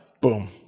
Boom